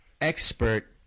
expert